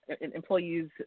employees